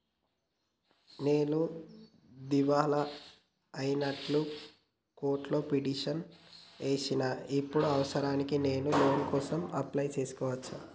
నేను దివాలా అయినట్లు కోర్టులో పిటిషన్ ఏశిన ఇప్పుడు అవసరానికి నేను లోన్ కోసం అప్లయ్ చేస్కోవచ్చా?